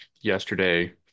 yesterday